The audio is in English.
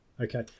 Okay